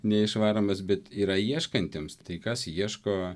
neišvaromas bet yra ieškantiems tai kas ieško